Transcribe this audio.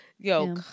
Yo